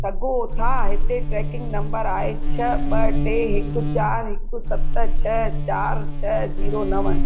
सघो था हिते ट्रेकिंग नंबर आहे छह ॿ टे हिकु चारि हिकु सत छ चारि छह जीरो नव